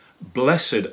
Blessed